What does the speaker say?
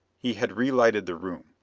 he had re-lighted the room.